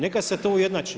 Neka se to ujednači.